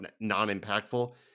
non-impactful